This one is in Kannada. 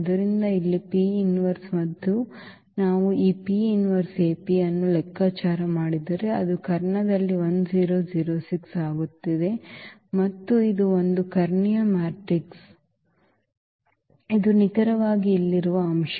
ಆದ್ದರಿಂದ ಇಲ್ಲಿ ಮತ್ತು ನಾವು ಈ AP ಅನ್ನು ಲೆಕ್ಕಾಚಾರ ಮಾಡಿದರೆ ಅದು ಕರ್ಣದಲ್ಲಿ ಆಗುತ್ತಿದೆ ಮತ್ತು ಇದು ಒಂದು ಕರ್ಣೀಯ ಮ್ಯಾಟ್ರಿಕ್ಸ್ ಮತ್ತು ಇದು ನಿಖರವಾಗಿ ಇಲ್ಲಿರುವ ಅಂಶ